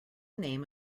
name